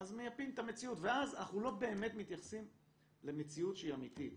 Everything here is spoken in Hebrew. אז מייפים את המציאות ואז אנחנו לא באמת מתייחסים למציאות שהיא אמיתית.